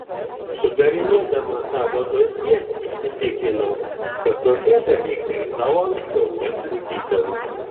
sudarinėdama tavo dosjė įsitikinau kad tokie dalykai tau anksčiau nekliudydavo